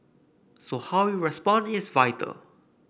so how we respond is vital